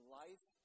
life